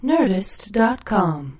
Nerdist.com